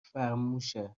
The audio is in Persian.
فرموشه